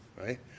right